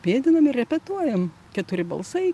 pėdinam ir repetuojam keturi balsai